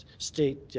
state.